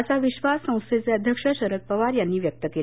असा विश्वास संस्थेचे अध्यक्ष शरद पवार यांनी व्यक्त केला